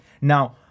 Now